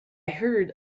heard